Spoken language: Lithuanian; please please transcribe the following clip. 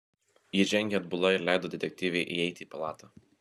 ji žengė atbula ir leido detektyvei įeiti į palatą